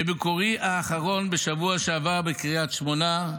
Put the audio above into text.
בביקורי האחרון בשבוע שעבר בקריית שמונה,